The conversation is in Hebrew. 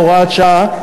הוראת שעה),